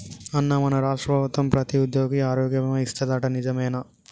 అన్నా మన రాష్ట్ర ప్రభుత్వం ప్రతి ఉద్యోగికి ఆరోగ్య బీమా ఇస్తాదట నిజమేనా